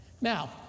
Now